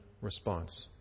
response